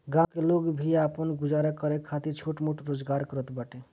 गांव का लोग भी आपन गुजारा खातिर छोट मोट रोजगार करत बाटे